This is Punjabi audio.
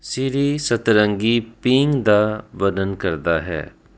ਸਿਰੀ ਸਤਰੰਗੀ ਪੀਂਘ ਦਾ ਵਰਣਨ ਕਰਦਾ ਹੈ